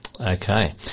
Okay